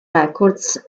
records